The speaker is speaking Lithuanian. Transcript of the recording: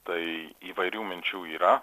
tai įvairių minčių yra